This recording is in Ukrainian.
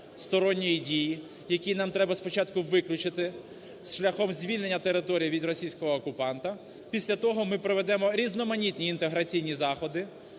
сторонньої дії, який нам треба спочатку виключити шляхом звільнення території від російського окупанта. Після того ми проведемо різноманітні інтеграційні заходи